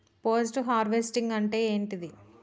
Post harvesting అంటే ఏంటిది?